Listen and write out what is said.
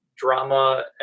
Drama